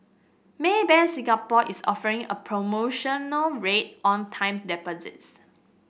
Maybank Singapore is offering a promotional rate on time deposits